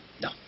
No